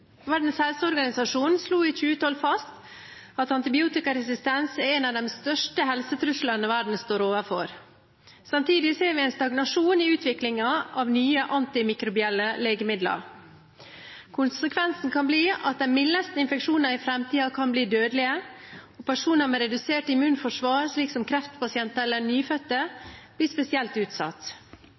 Verdens helseorganisasjon slo i 2012 fast at antibiotikaresistens er en av de største helsetruslene verden står overfor. Samtidig ser vi en stagnasjon i utviklingen av nye antimikrobielle legemidler. Konsekvensen kan bli at de mildeste infeksjonene i framtiden kan bli dødelige, og personer med redusert immunforsvar, som kreftpasienter eller nyfødte, blir spesielt utsatt.